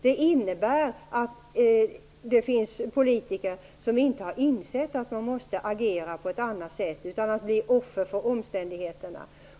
Det innebär att det finns politiker som inte har insett att de måste agera på ett annat sätt och inte bli offer för omständigheterna.